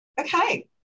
Okay